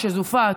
שזופה,